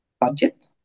budget